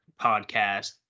podcast